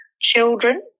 children